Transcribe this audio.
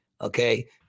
okay